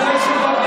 גנב קולות עלוב וקטן.